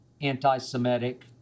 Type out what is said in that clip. anti-Semitic